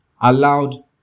allowed